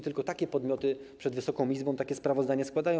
Tylko takie podmioty przed Wysoką Izbą takie sprawozdanie składają.